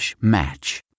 match